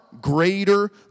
greater